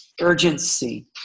urgency